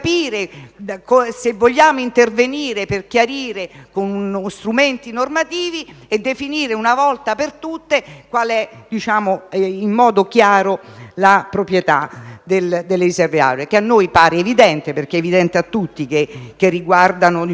se vogliamo intervenire per chiarire con strumenti normativi e definire una volta per tutte in modo chiaro la proprietà delle riserve auree, che a noi sembra evidente. Infatti, è evidente a tutti - è implicito,